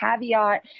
caveat